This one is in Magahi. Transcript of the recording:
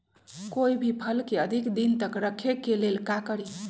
कोई भी फल के अधिक दिन तक रखे के ले ल का करी?